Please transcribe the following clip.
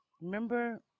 Remember